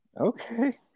Okay